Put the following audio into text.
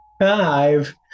Five